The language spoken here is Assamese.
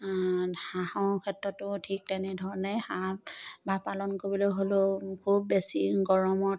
হাঁহৰ ক্ষেত্ৰতো ঠিক তেনেধৰণে হাঁহ বা পালন কৰিবলৈ হ'লেও খুব বেছি গৰমত